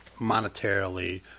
monetarily